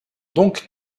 donc